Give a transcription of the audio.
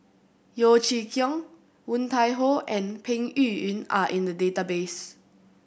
Yeo Chee Kiong Woon Tai Ho and Peng Yuyun are in the database